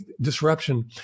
disruption